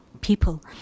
people